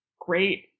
great